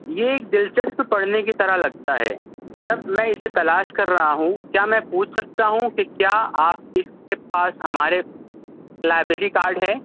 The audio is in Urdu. یہ ایک دلچسپ پڑھنے کی طرح لگتا ہے جب میں اسے تلاش کر رہا ہوں کیا میں پوچھ سکتا ہوں کہ کیا آپ کے پاس ہمارے لائبریری کارڈ ہے